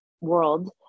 world